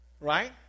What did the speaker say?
Right